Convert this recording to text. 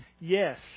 yes